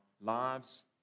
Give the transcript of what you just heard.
lives